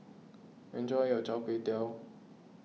enjoy your Chai